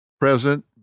present